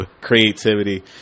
creativity